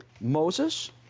Moses